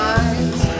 eyes